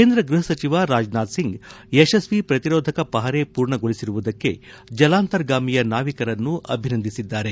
ಕೇಂದ್ರ ಗೃಹಸಚಿವ ರಾಜನಾಥ್ ಸಿಂಗ್ ಯಶಸ್ವಿ ಪ್ರತಿರೋಧಕ ಪಹರೆ ಪೂರ್ಣಗೊಳಿಸಿರುವುದಕ್ಕೆ ಜಲಂತರ್ಗಾಮಿಯ ನಾವಿಕರನ್ನು ಅಭಿನಂದಿಸಿದ್ದಾರೆ